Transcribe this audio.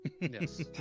Yes